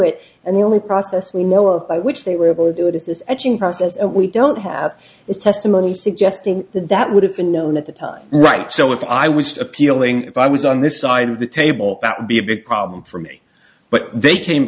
it and the only process we know of by which they were able to do it is this edging process and we don't have is testimony suggesting that that would have been and at the time right so if i was appealing if i was on this side of the table that would be a big problem for me but they came